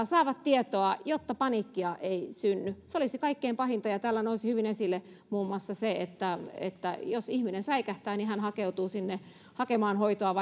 saavat tietoa jotta paniikkia ei synny se olisi kaikkein pahinta täällä nousi hyvin esille muun muassa se että että jos ihminen säikähtää hän hakeutuu hoitoon